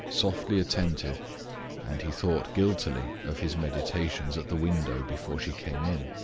softly attentive and he thought guiltily of his meditations at the window before she came in.